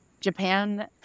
Japan